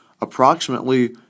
approximately